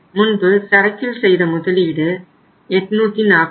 முன்பு சரக்கில் செய்த முதலீடு 840